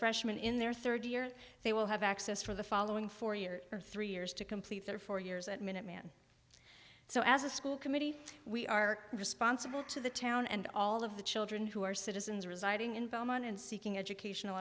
freshman in their third year they will have access for the following four years or three years to complete their four years at minuteman so as a school committee we are responsible to the town and all of the children who are citizens residing in belmont and seeking educational